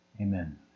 Amen